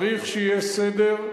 צריך שיהיה סדר,